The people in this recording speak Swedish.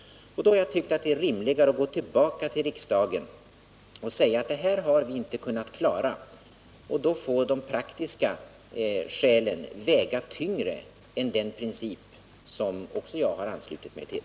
Då har jag tyckt att det är rimligt att gå tillbaka till riksdagen och säga att det här har vi inte kunnat klara. Då får de praktiska skälen väga tyngre än den princip som också jag har anslutit mig till.